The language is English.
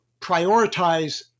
prioritize